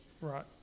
Right